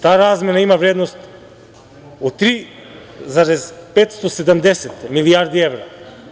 Ta razmena ima vrednost od 3,570 milijarde evra.